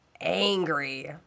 angry